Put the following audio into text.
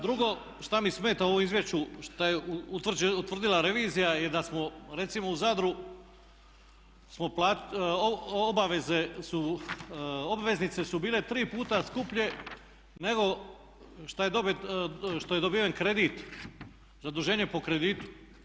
Drugo što mi smeta u ovom izvješću što je utvrdila revizija je da smo recimo u Zadru obveznice su bile 3 puta skuplje nego što je dobiven kredit, zaduženje po kreditu.